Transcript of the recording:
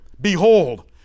behold